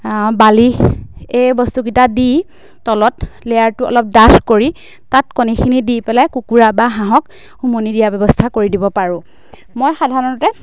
বালি এই বস্তুকেইটা দি তলত লেয়াৰটো অলপ ডাঠ কৰি তাত কণীখিনি দি পেলাই কুকুৰা বা হাঁহক উমনি দিয়াৰ ব্যৱস্থা কৰি দিব পাৰোঁ মই সাধাৰণতে